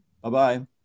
bye-bye